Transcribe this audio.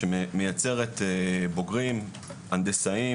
שמייצרת בוגרים הנדסאים,